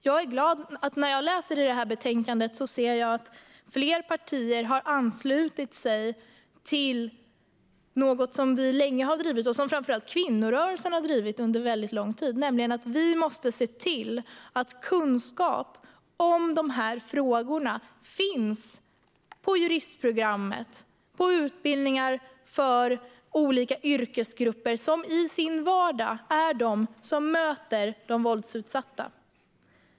Jag är glad över att i detta betänkande se att fler partier har anslutit sig till något som vi, och framför allt kvinnorörelsen, har drivit under lång tid, nämligen att vi måste se till att kunskap om dessa frågor finns på juristprogrammet och på utbildningar för olika yrkesgrupper som i sin vardag möter de våldsutsatta.